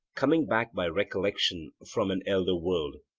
coming back by recollection from an elder world.